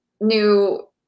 new